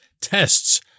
tests